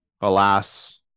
alas